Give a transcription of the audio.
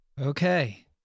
okay